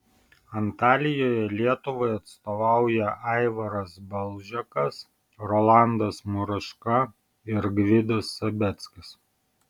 antalijoje lietuvai atstovauja aivaras balžekas rolandas muraška ir gvidas sabeckis